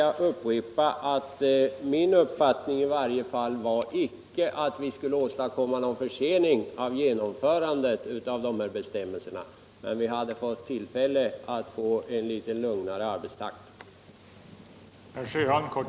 Jag vill upprepa att min uppfattning var att vi icke skulle ha åstadkommit någon försening när det gäller genomförandet av dessa bestämmelser, men vi hade fått tillfälle till en litet lugnare arbetstakt.